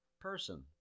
person